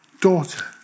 daughter